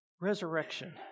Resurrection